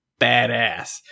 badass